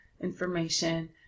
information